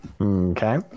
Okay